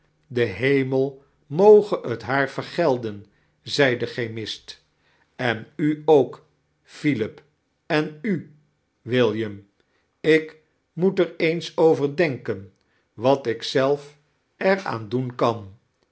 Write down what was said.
de beimel moge t haajr vergelden zei de chemist en u ook philip en u william ik meet er eensi over denken wat ik zelf er aan doen kan